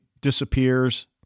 disappears